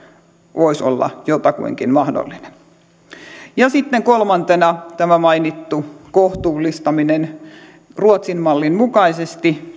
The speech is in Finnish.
voisi olla jotakuinkin mahdollinen sitten kolmantena tämä mainittu kohtuullistaminen ruotsin mallin mukaisesti